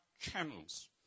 channels